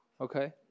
Okay